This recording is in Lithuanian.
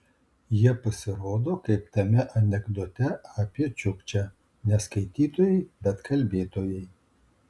jie pasirodo kaip tame anekdote apie čiukčę ne skaitytojai bet kalbėtojai